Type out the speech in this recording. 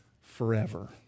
forever